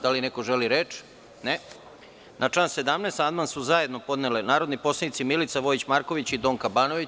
Da li neko želi reč? (Ne.) Na član 17. amandman su zajedno podnele narodne poslanice Milica Vojić Marković i Donka Banović.